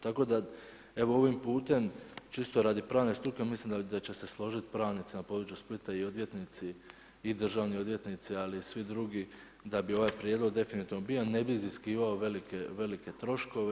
Tako da, evo, ovim putem čisto radi pravne struke, mislim da će se složiti pravnici na području Splita i odvjetnici i državni odvjetnici ali i svi drugi da bi ovaj prijedlog definitivno bio, ne bi iziskivao velike troškove.